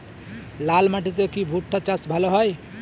লাল মাটিতে কি ভুট্টা চাষ ভালো হয়?